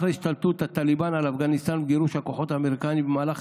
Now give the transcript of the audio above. אחרי השתלטות הטליבאן על אפגניסטן וגירוש הכוחות האמריקניים במהלך